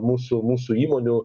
mūsų mūsų įmonių